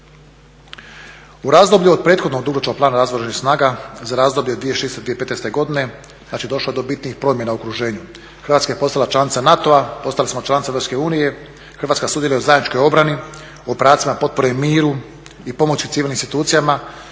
U razdoblju od prethodnog dugoročnog plana razvoja Oružanih snaga za razdoblje 2006-2015. godine znači došlo je do bitnih promjena u okruženju. Hrvatska je postala članica NATO-a, postali smo članica EU, Hrvatska sudjeluje u zajedničkoj obrani, u operacijama potpore miru i pomoći civilnim institucijama